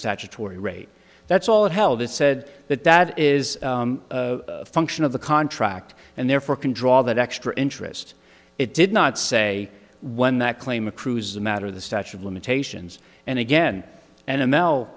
statutory rape that's all it held it's said that that is a function of the contract and therefore can draw that extra interest it did not say when that claim accrues the matter the statute of limitations and again and